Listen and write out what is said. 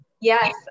Yes